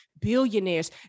Billionaires